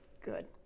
good